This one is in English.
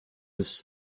was